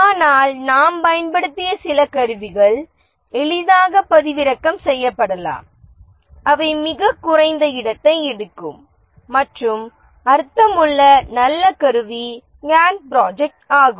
ஆனால் நாம் பயன்படுத்திய சில கருவிகள் எளிதாக பதிவிறக்கம் செய்யப்படலாம் அவை மிகக் குறைந்த இடத்தை எடுக்கும் மற்றும் அர்த்தமுள்ள நல்ல கருவி கான்ட் ப்ராஜெக்ட் ஆகும்